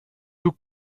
tout